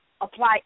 apply